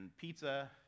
pizza